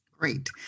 Great